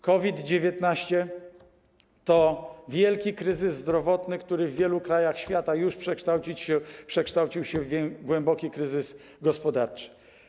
COVID-19 to wielki kryzys zdrowotny, który w wielu krajach świata już przekształcił się w głęboki kryzys gospodarczy.